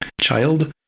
child